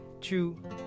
true